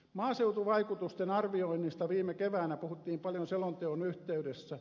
maaseutuvaikutusten arvioinnista viime keväänä puhuttiin paljon selonteon yhteydessä